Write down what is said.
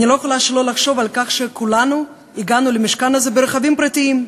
אני לא יכולה שלא לחשוב על כך שכולנו הגענו למשכן הזה ברכבים פרטיים.